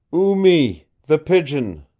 oo-mee, the pigeon,